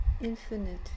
infinite